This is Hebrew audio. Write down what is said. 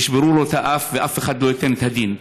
ישברו לו את האף ואף אחד לא ייתן את הדין.